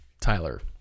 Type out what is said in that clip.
Tyler